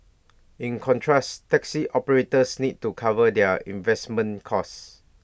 in contrast taxi operators need to cover their investment costs